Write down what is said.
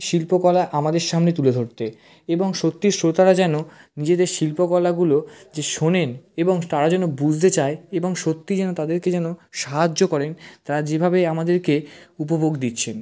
শিল্পকলা আমাদের সামনে তুলে ধরতে এবং সত্যি শ্রোতারা যেন নিজেদের শিল্পকলাগুলো যে শোনেন এবং তারা যেন বুঝতে চায় এবং সত্যি যেন তাদেরকে যেন সাহায্য করেন তারা যেভাবেই আমাদেরকে উপভোগ দিচ্ছেন